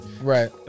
right